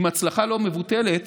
עם הצלחה לא מבוטלת,